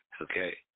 Okay